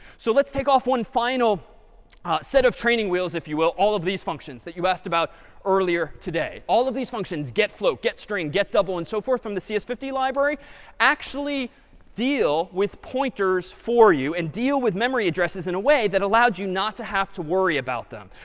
so let's take off one final set of training wheels, if you will, all of these functions that you asked about earlier today. all of these functions, getfloat, getstring, getdouble, and so forth from the c s five zero library actually deal with pointers for you and deal with memory addresses in a way that allows you not to have to worry about them.